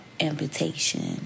amputation